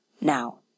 Now